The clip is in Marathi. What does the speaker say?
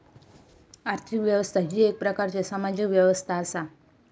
आर्थिक व्यवस्था ही येक प्रकारची सामाजिक व्यवस्था असा